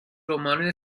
رمان